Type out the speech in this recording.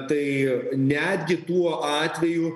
tai netgi tuo atveju